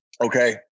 okay